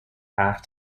half